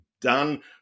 done